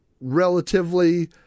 relatively